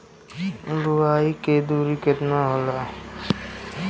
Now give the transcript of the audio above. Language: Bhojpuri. बुआई के दूरी केतना होला?